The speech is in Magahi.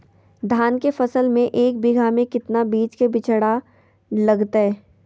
धान के फसल में एक बीघा में कितना बीज के बिचड़ा लगतय?